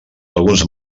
alguns